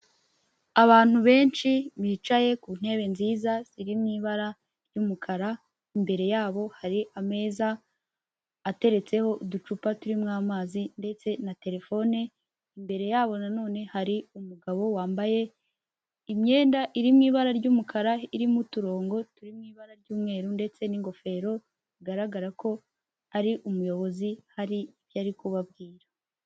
Abantu benshi bicaye ku ntebe nziza ziri mu ibara ry'umukara, imbere yabo hari ameza ateretseho uducupa turimo amazi ndetse na telefone, imbere yabo nanone hari umugabo wambaye imyenda iri mu ibara ry'umukara irimo uturongo turi mu ibara ry'umweru ndetse n'ingofero, bigaragara ko ari umuyobozi hari yari kubabwira.